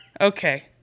okay